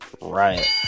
Right